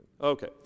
Okay